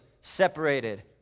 separated